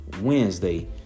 Wednesday